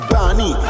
Barney